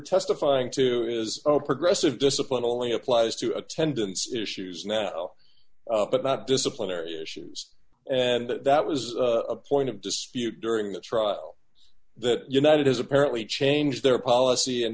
testifying to is a progressive discipline only applies to attendance issues now but about disciplinary issues and that that was a point of dispute during the trial that united has apparently changed their policy and